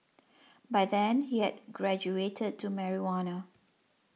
by then he had graduated to marijuana